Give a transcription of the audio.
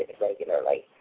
regularly